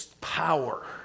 Power